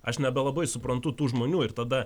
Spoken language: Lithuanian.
aš nebelabai suprantu tų žmonių ir tada